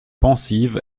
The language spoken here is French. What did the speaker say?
pensive